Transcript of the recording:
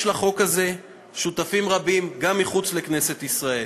יש לחוק הזה שותפים רבים גם מחוץ לכנסת ישראל.